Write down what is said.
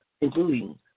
Including